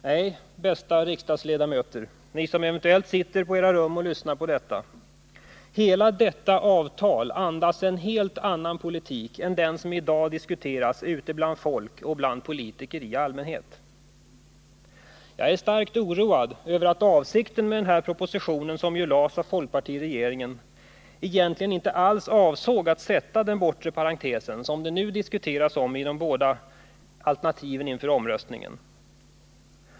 Nej, bästa riksdagsledamöter — ni som eventuellt sitter på era rum och lyssnar på detta: hela detta avtal andas en helt annan politik än den som i dag diskuteras ute bland folk och bland politiker i allmänhet. Jag är starkt oroad över att avsikten med denna proposition, som lades fram av folkpartiregeringen, egentligen inte alls var att sätta det bortre parentestecknet, som det nu diskuteras om i de båda alternativen inför omröstningen.